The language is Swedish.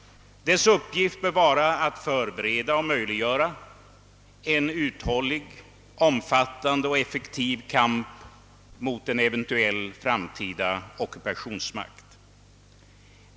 Dess uppgift bör vara att förbereda och möjliggöra en uthållig, omfattande och effektiv kamp mot en eventuell framtida ockupationsmakt.